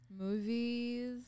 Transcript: movies